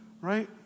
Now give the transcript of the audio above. right